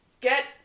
get